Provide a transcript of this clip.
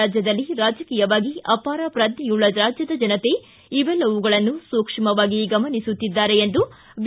ರಾಜ್ಯದಲ್ಲಿ ರಾಜಕೀಯವಾಗಿ ಅಪಾರ ಪ್ರಜ್ಞವುಳ್ಳ ರಾಜ್ಯದ ಜನತೆ ಇವೆಲ್ಲವುಗಳನ್ನೂ ಸೂಕ್ಷ್ಮವಾಗಿ ಗಮಸುತ್ತಿದ್ದಾರೆ ಎಂದು ಬಿ